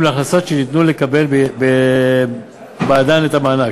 להכנסות שאפשר לקבל בעדן את המענק.